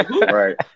right